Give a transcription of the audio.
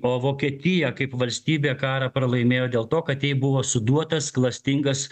o vokietija kaip valstybė karą pralaimėjo dėl to kad jai buvo suduotas klastingas